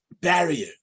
barrier